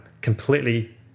completely